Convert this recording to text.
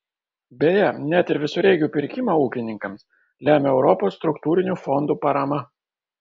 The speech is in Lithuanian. beje net ir visureigių pirkimą ūkininkams lemia europos struktūrinių fondų parama